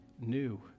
new